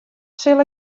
sil